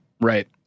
Right